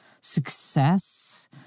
success